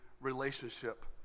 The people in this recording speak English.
relationship